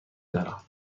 دارم